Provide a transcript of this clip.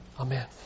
Amen